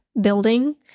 building